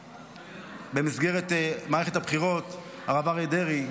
במסגרת מערכת הבחירות הרב אריה דרעי,